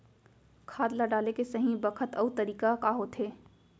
खाद ल डाले के सही बखत अऊ तरीका का होथे?